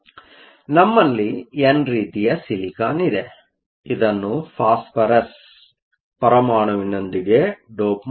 ಆದ್ದರಿಂದ ನಮ್ಮಲ್ಲಿ ಎನ್ ರೀತಿಯ ಸಿಲಿಕಾನ್ ಇದೆ ಇದನ್ನು ಫಾಸ್ಪರಸ್ ಪರಮಾಣುಗಳೊಂದಿಗೆ ಡೋಪ್ಮಾಡಲಾಗಿದೆ